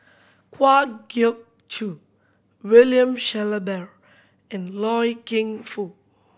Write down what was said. Kwa Geok Choo William Shellabear and Loy Keng Foo